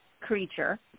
creature